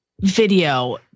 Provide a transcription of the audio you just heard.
video